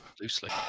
loosely